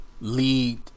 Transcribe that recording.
lead